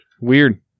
Weird